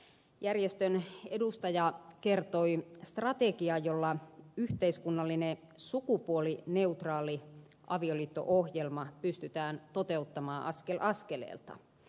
järjestön edustaja kertoi strategian jolla yhteiskunnallinen sukupuolineutraali avioliitto ohjelma pystytään toteuttamaan askel askeleelta